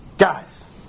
Guys